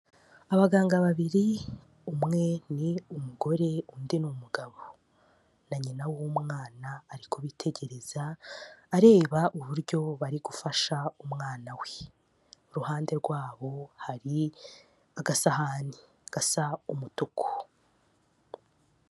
Abaganga babiri, umwe ni umugore, undi ni umugabo. Na nyina w'umwana ari kubitegereza, areba uburyo bari gufasha umwana we. Iruhande rwabo, hari agasahani gasa umutuku.